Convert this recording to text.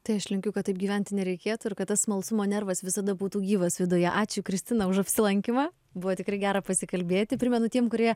tai aš linkiu kad taip gyventi nereikėtų ir kad tas smalsumo nervas visada būtų gyvas viduje ačiū kristina už apsilankymą buvo tikrai gera pasikalbėti primenu tiem kurie